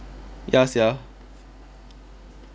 ya sia